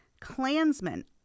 Klansmen